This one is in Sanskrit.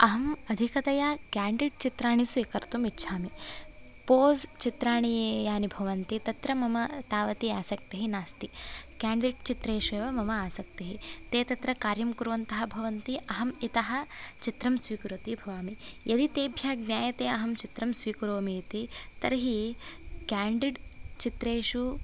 अहं अधिकतया केण्डिड् चित्राणि स्वीकर्तुम् इच्छामि पोस् चित्राणि यानि भवन्ति तत्र मम तावती आसक्तिः नास्ति केण्डिड् चित्रेषु एव मम आसक्तिः ते तत्र कार्यं कुर्वन्तः भवन्ति अहम् इतः चित्रम् स्वीकुर्वती भवामि यदि तेभ्यः ज्ञायते अहं चित्रं स्वीकरोमि इति तर्हि केण्डिड् चित्रेषु